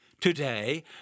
Today